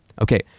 Okay